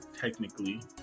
technically